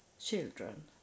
children